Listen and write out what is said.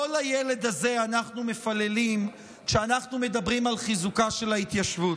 לא לילד הזה אנחנו מפללים כשאנחנו מדברים על חיזוקה של ההתיישבות.